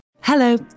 Hello